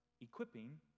equipping